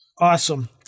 awesome